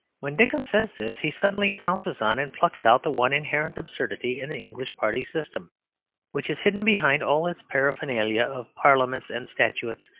when dickens says this he suddenly pounces on and plucks out the one inherent absurdity in the english party system which is hidden behind all its paraphernalia of parliaments and statutes,